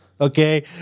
okay